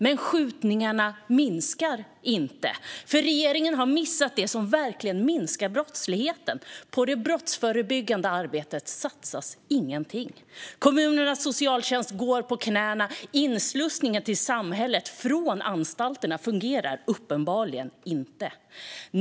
Men skjutningarna minskar inte, för regeringen har missat det som verkligen minskar brottsligheten. På det brottsförebyggande arbetet satsas ingenting. Kommunernas socialtjänst går på knäna. Inslussningen till samhället från anstalterna fungerar uppenbarligen inte.